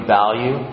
value